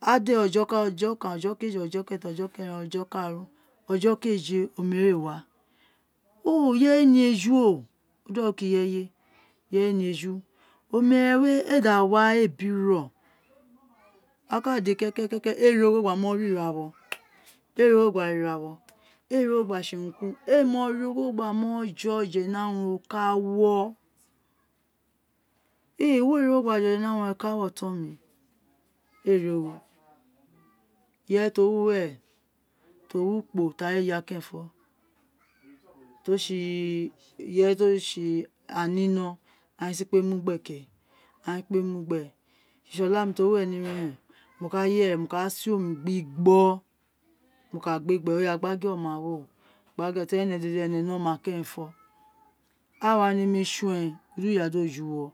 à dé ojo kéèjé omero éè wa irẹyénieju o da ọrukọ irẹyé irẹyénieju omerẹ wé éè da wa éè bi rọ a ka dé kẹkẹkẹ éè ri ogho gba mo ra irawo éè ogho gba ra irawo éè ri ogho gba sé urun ki urun éè mo ri ogho gba mọ jẹ ojẹ ni arun ro ka wọ wé ri ogho gba je urun ni arun re kawo oton mi éè ri ogho irẹyé ti o wi uwe ti o wi ukpo ti ara éè ya kẹrẹnfo ti o si irẹyé ti o si aninọ aghan re kpé mu gbe oláàmi ti o wi uwẹ ni ira ẹrẹn mo ka yere mo ká à sé omi gbigbo mo ka gbé gbe o ya gba gue ọma wé o téri ẹnẹ dede ẹnẹ ne̟ ọma kẹrẹnfọ a wa nemi ṣọn uwo di uya do jẹ uwo